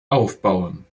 aufbauen